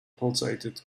pulsated